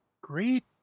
great